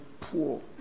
poor